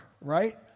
right